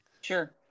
Sure